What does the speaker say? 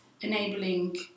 enabling